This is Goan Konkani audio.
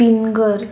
पिंगर